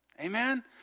Amen